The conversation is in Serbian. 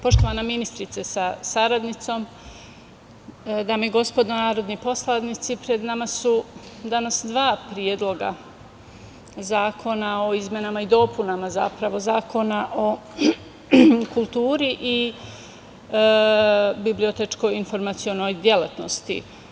Poštovana ministrice sa saradnicom, dame i gospodo narodni poslanici, pred nama su danas dva predloga zakona o izmenama i dopunama Zakona o kulturi i bibliotečko-informacionoj delatnosti.